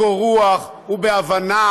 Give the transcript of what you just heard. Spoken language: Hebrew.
בקור רוח ובהבנה,